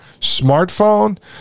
smartphone